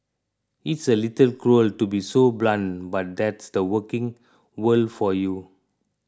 it's a little cruel to be so blunt but that's the working world for you